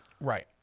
right